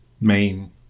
main